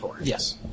Yes